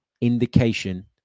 indication